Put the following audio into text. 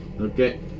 Okay